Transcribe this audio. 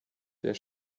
der